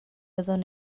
fyddwn